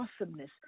awesomeness